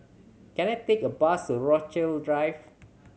can I take a bus to Rochalie Drive